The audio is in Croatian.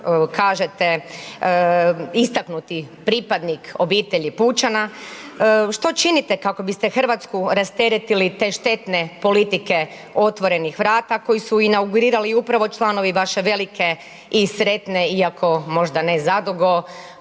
kažete istaknuti pripadnik obitelji pučana, što činite kako biste Hrvatsku rasteretili te štetne politike otvorenih vrata koji su inaugurirali upravo članovi vaše velike i sretne iako možda ne zadugo